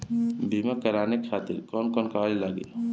बीमा कराने खातिर कौन कौन कागज लागी?